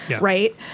right